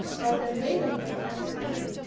but and later he got cancer again.